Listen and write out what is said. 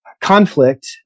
Conflict